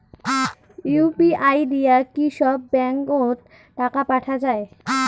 UPI দিয়া কি সব ব্যাংক ওত টাকা পাঠা যায়?